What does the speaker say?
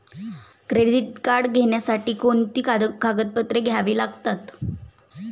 Credit card घेण्यासाठी कोणती कागदपत्रे घ्यावी लागतात?